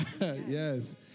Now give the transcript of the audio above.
Yes